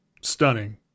stunning